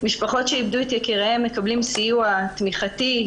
משפחות שאיבדו את יקיריהן מקבלות סיוע תמיכתי,